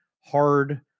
hard